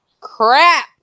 crap